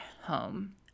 home